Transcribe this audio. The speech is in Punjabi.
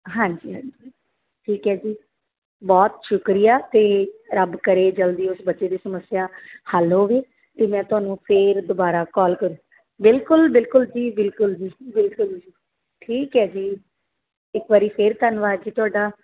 ਹਾਂਜੀ ਹਾਂਜੀ ਠੀਕ ਹੈ ਜੀ ਬਹੁਤ ਸ਼ੁਕਰੀਆ ਅਤੇ ਰੱਬ ਕਰੇ ਜਲਦੀ ਉਸ ਬੱਚੇ ਦੀ ਸਮੱਸਿਆ ਹੱਲ ਹੋਵੇ ਤਾਂ ਮੈਂ ਤੁਹਾਨੂੰ ਫਿਰ ਦੁਬਾਰਾ ਕੋਲ ਕਰੂੰ ਬਿਲਕੁਲ ਬਿਲਕੁਲ ਜੀ ਬਿਲਕੁਲ ਜੀ ਬਿਲਕੁਲ ਜੀ ਠੀਕ ਹੈ ਜੀ ਇੱਕ ਵਾਰ ਫਿਰ ਧੰਨਵਾਦ ਜੀ ਤੁਹਾਡਾ